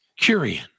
Curian